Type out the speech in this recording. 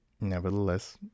nevertheless